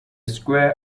square